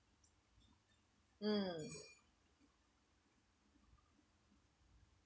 mm